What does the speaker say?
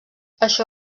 això